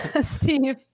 Steve